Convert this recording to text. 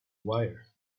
wire